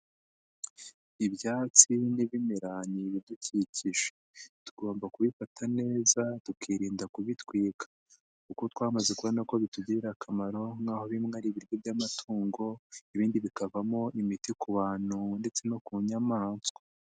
Ibyatsi n'ibimera ni ibidukikije tugomba kubifata neza tukirinda kubitwika kuko twamaze kubona ko bitugirira akamaro nk'aho bimwe ari ibiryo by'amatungo ibindi bikavamo imiti ku bantu ndetse no ku nyamaswa.